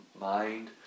mind